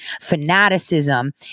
fanaticism